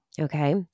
Okay